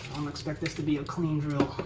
um expect this to be a clean drill.